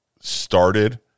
started